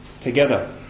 together